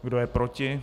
Kdo je proti?